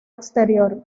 exterior